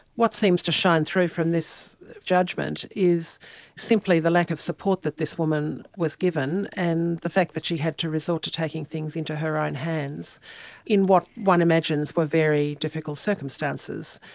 what seems to shine through from this judgement is simply the lack of support that this woman was given and the fact that she had to resort to taking things into her own hands in what one imagines were very difficult circumstances.